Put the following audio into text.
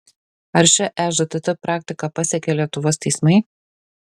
ar šia ežtt praktika pasekė lietuvos teismai